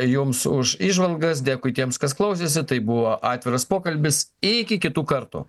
jums už įžvalgas dėkui tiems kas klausėsi tai buvo atviras pokalbis iki kitų kartų